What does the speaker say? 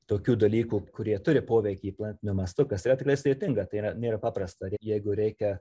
tokių dalykų kurie turi poveikį planetiniu mastu kas yra tikrai sudėtinga tai yra nėra paprasta jeigu reikia